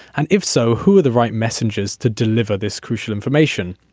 and if so who are the right messengers to deliver this crucial information.